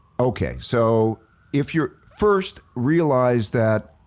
okay, so if you're, first realize that